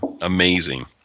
amazing